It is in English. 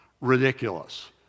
ridiculous